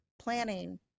planning